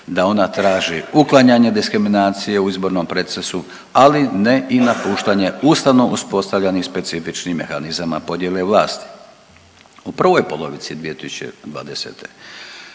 da ona traži uklanjanje diskriminacije u izbornom procesu, ali ne i napuštanje ustavno uspostavljanih specifičnih mehanizama podjele vlasti. U prvoj polovici 2020.